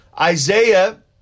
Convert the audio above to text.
Isaiah